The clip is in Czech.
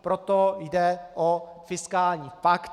Proto jde o fiskální pakt.